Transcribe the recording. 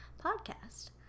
podcast